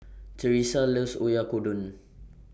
Terese loves Oyakodon